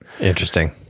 Interesting